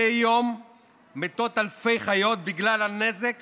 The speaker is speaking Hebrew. מדי יום מתות אלפי חיות בגלל הנזק